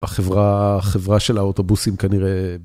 החברה של האוטובוסים כנראה...